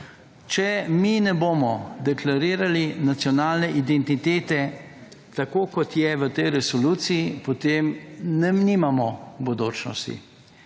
Če mi ne bomo deklarirali nacionalne identitete tako kot je v tej resoluciji, potem nimamo bodočnosti.